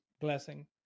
Blessing